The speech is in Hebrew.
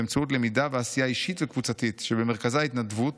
באמצעות למידה ועשייה אישית וקבוצתית שבמרכזה התנדבות